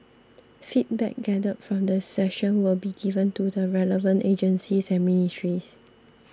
feedback gathered from the session will be given to the relevant agencies and ministries